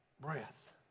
breath